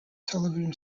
television